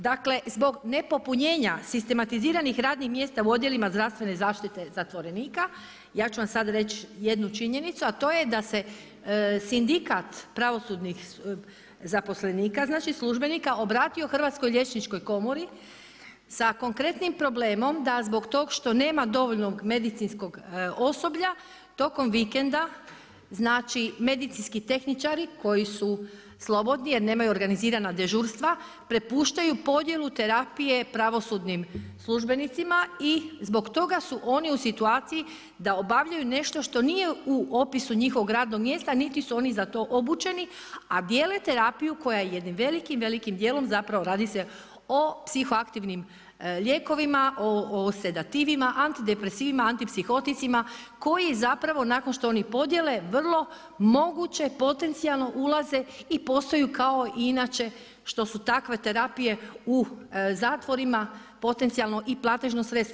Dakle, zbog nepopunjenja sistematiziranih radnih mjesta u odjelima zdravstvene zaštite zatvorenika ja ću vam sad reći jednu činjenicu, a to je da se sindikat pravosudnih zaposlenika, znači službenika obratio Hrvatskoj liječničkoj komori sa konkretnim problemom da zbog tog što nema dovoljnog medicinskog osoblja tokom vikenda, znači medicinski tehničari koji su slobodni jer nemaju organizirana dežurstva prepuštaju podjelu terapije pravosudnim službenicima i zbog toga su oni u situaciji da obavljaju nešto što nije u opisu njihovog radnog mjesta, niti su oni za to obučeni, a dijele terapiju koja jednim velikim, velikim dijelom zapravo radi se o psiho aktivnim lijekovima, o sedativima, antidepresivima, antipsihoticima koji zapravo nakon što oni podijele vrlo moguće potencijalno ulaze i postaju kao i inače što su takve terapije u zatvorima potencijalno i platežno sredstvo.